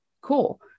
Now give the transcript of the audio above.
Cool